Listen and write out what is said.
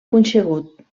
punxegut